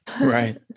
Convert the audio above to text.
Right